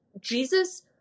jesus